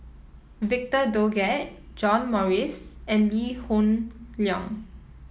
Victor Doggett John Morrice and Lee Hoon Leong